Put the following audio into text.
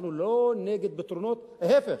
אנחנו לא נגד פתרונות, להיפך,